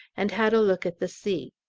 and had a look at the sea.